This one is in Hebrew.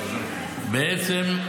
אז --- בעצם,